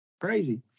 Crazy